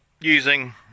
using